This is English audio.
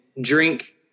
drink